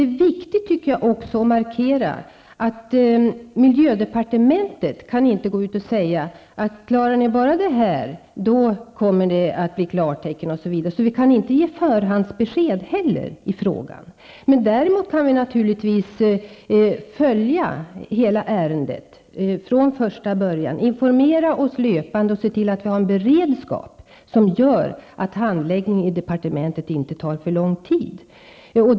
Det är också viktigt att markera att miljödepartementet inte kan gå ut och säga att klarar ni bara det här kommer det klartecken, osv. Vi kan alltså inte heller ge något förhandsbesked i frågan. Däremot kan vi naturligtvis följa hela ärendet från första början, informera oss fortlöpande och se till att vi har en beredskap som gör att handläggningen i departementet inte tar för lång tid.